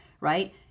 right